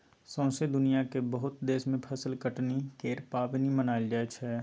सौसें दुनियाँक बहुत देश मे फसल कटनी केर पाबनि मनाएल जाइ छै